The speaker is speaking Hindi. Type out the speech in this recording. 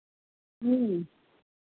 ह्म्म